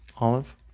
Olive